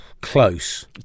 Close